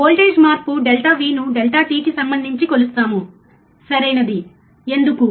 voltage మార్పు ∆V ను ∆tకి సంబంధించి కొలుస్తాము సరియైనది ఎందుకు